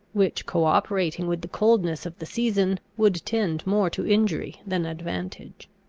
which, cooperating with the coldness of the season, would tend more to injury than advantage.